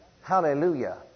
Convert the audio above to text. Hallelujah